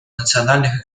национальных